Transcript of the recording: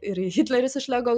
ir hitleris iš lego